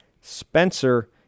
Spencer